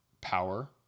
power